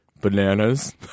Bananas